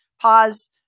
pause